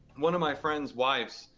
one of my friends' wives,